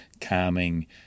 calming